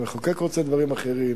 המחוקק רוצה דברים אחרים,